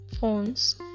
phones